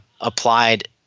applied